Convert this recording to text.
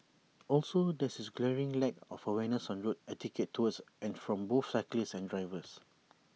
also there is A glaring lack of awareness on road etiquette towards and from both cyclists and drivers